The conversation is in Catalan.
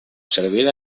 servir